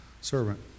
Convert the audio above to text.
Servant